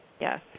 Yes